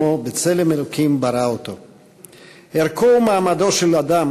הבין-לאומי ברוח ההכרזה לכל באי עולם בדבר זכויות האדם